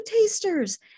tasters